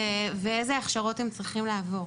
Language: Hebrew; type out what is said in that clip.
ואיזה הכשרות הם צריכים לעבור.